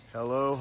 Hello